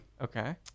Okay